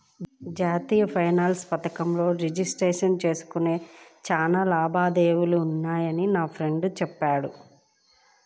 జాతీయ పెన్షన్ పథకంలో రిజిస్టర్ జేసుకుంటే చానా లాభాలున్నయ్యని మా ఫ్రెండు చెప్పాడు